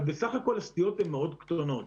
אז בסך-הכול הסטיות מאוד קטנות.